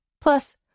Plus